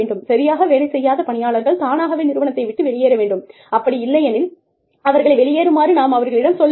சரியாக வேலை செய்யாத பணியாளர்கள் தானாகவே நிறுவனத்தை விட்டு வெளியேற வேண்டும் அப்படி இல்லையெனில் அவர்களை வெளியேறுமாறு நாம் அவர்களிடம் சொல்ல வேண்டும்